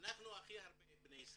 ואנחנו הכי הרבה בני ישראל,